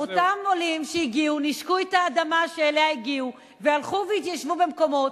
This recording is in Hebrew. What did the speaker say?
אותם עולים שהגיעו נישקו את האדמה שאליה הגיעו והלכו והתיישבו במקומות,